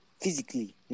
physically